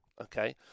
okay